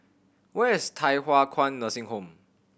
where is Thye Hua Kwan Nursing Home